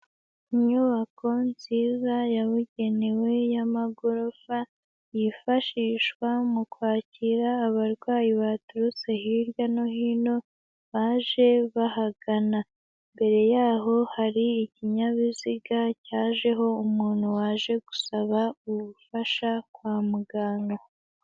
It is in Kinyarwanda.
Inyubako nziza yabugenewe y'amagorofa yifashishwa mu kwakira abarwayi baturutse hirya no hino baje bahagana, imbere yaho hari ikinyabiziga cyajeho umuntu waje gusaba ubufasha kwa muganga.